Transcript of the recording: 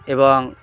এবং